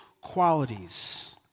qualities